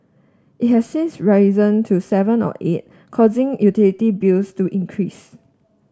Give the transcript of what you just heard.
it has since risen to seven or eight causing utility bills to increase